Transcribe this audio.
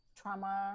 trauma